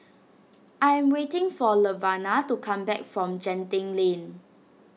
I am waiting for Laverna to come back from Genting Lane